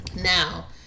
now